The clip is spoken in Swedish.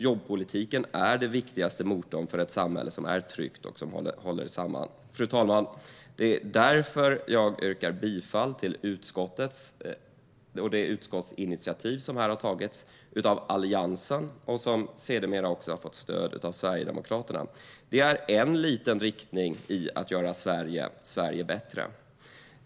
Jobbpolitiken är den viktigaste motorn för ett tryggt samhälle som håller samman. Fru talman! Det är därför jag yrkar bifall till utskottets förslag, det vill säga utskottsinitiativet från Alliansens sida som sedermera har fått stöd av Sverigedemokraterna. Det är en liten riktning i att göra Sverige bättre.